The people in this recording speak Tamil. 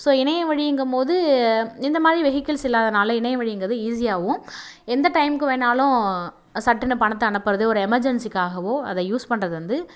ஸோ இணையம் வழிங்கும் போது இந்த மாதிரி வெஹிகல்ஸ் இல்லாததனால இணையம் வழிங்கிறது ஈஸியாகவும் எந்த டைமுக்கு வேணாலும் சட்டுனு பணத்தை அனுப்புறது ஒரு எமர்ஜென்சிகாகவோ அதை யூஸ் பண்ணுறது வந்து